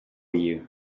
you